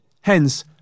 Hence